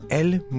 alle